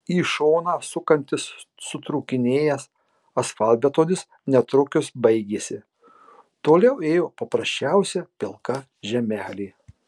į šoną sukantis sutrūkinėjęs asfaltbetonis netrukus baigėsi toliau ėjo paprasčiausia pilka žemelė